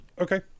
Okay